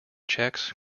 cheques